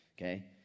okay